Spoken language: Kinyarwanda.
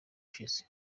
ushize